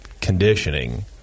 conditioning